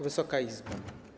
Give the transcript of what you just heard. Wysoka Izbo!